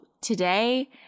today